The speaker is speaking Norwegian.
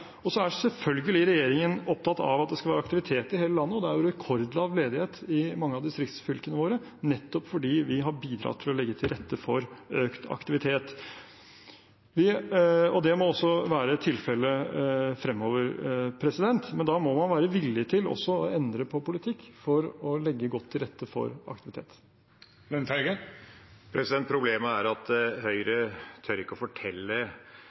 er selvfølgelig regjeringen opptatt av at det skal være aktivitet i hele landet. Det er jo rekordlav ledighet i mange av distriktsfylkene våre nettopp fordi vi har bidratt til å legge til rette for økt aktivitet. Det må også være tilfellet fremover, men da må man være villig til også å endre på politikk for å legge godt til rette for aktivitet. Problemet er at Høyre ikke tør å fortelle